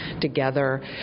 together